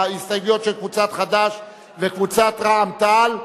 ההסתייגויות של קבוצת חד"ש וקבוצת רע"ם-תע"ל.